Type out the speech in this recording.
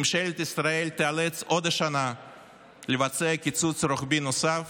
ממשלת ישראל תיאלץ עוד השנה לבצע קיצוץ רוחבי נוסף